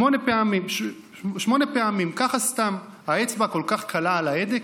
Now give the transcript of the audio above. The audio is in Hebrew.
שמונה פעמים, ככה סתם, האצבע כל כך קלה על ההדק?